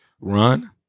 run